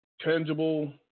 tangible